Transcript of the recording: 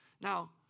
Now